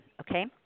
Okay